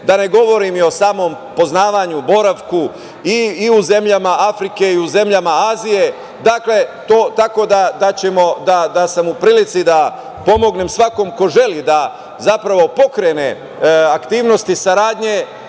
da ne govorim i o samom poznavanju, boravku i u zemljama Afrike i u zemljama Azije, tako da sam u prilici da pomognem svakom ko želi da pokrene aktivnosti saradnje,